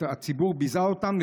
הציבור ביזה אותם,